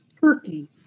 turkey